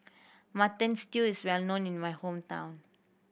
Mutton Stew is well known in my hometown